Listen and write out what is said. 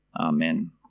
Amen